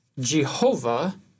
Jehovah